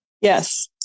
Yes